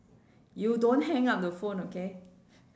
you don't hang up the phone okay